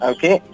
Okay